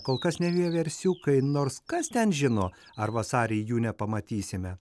kol kas ne vieversiukai nors kas ten žino ar vasarį jų nepamatysime